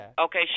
Okay